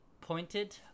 Pointed